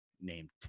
named